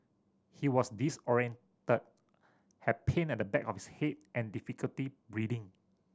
he was disorientated had pain at the back of his head and difficulty breathing